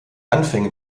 anfänge